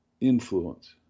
influence